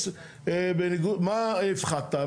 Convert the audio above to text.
מה הפחתת,